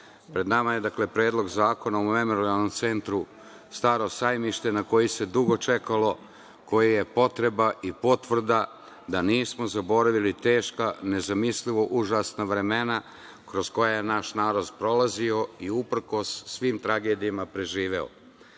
pred nama je Predlog zakona o Memorijalnom centru "Staro sajmište", na koji se dugo čekalo, koji je potreba i potvrda da nismo zaboravili teška, nezamislivo užasna vremena kroz koja je naš narod prolazio i, uprkos svim tragedijama, preživeo. Razlozi